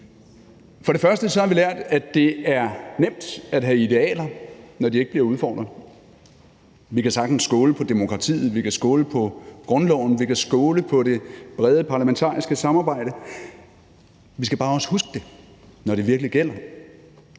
For det første så har vi lært, at det er nemt at have idealer, når de ikke bliver udfordret. Vi kan sagtens skåle på demokratiet, vi kan skåle på grundloven, vi kan skåle på det brede parlamentariske samarbejde. Vi skal bare også huske det, når det virkelig gælder,